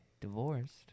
divorced